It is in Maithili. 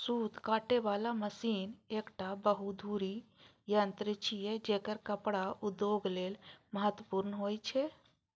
सूत काटे बला मशीन एकटा बहुधुरी यंत्र छियै, जेकर कपड़ा उद्योग लेल महत्वपूर्ण होइ छै